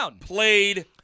played